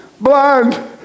blind